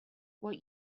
what